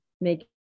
make